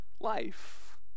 life